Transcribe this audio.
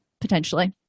potentially